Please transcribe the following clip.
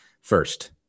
first